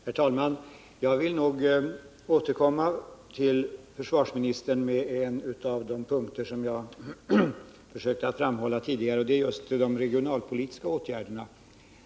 Herr talman! Jag vill återkomma till försvarsministern med en av de punkter som jag försökte hålla fram tidigare, nämligen de regionalpolitiska åtgärderna.